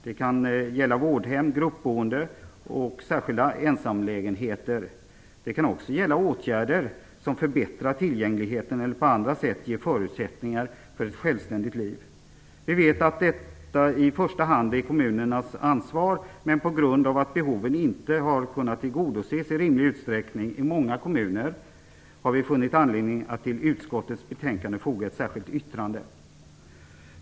Det kan gälla vårdhem, gruppboende och särskilda ensamlägenheter. Det kan också gälla åtgärder som förbättrar tillgängligheten eller på annat sätt ger förutsättningar för ett självständigt liv. Vi vet att detta i första hand är kommunernas ansvar, men på grund av att behoven inte har kunnat tillgodoses i rimlig utsträckning i många kommuner har vi funnit anledning att till utskottets betänkande foga ett särskilt yttrande.